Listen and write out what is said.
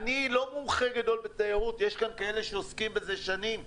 אני לא מומחה גדול בתיירות יש כאלה שעוסקים בזה שנים.